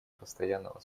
постоянного